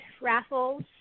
raffles